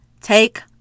take